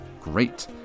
great